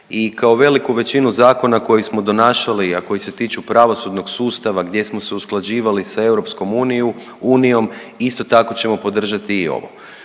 i kao veliku većinu zakona koji smo donašali, a koji se tiču pravosudnog sustava gdje smo se usklađivali sa EU isto tako ćemo podržati i ovo.